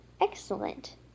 Excellent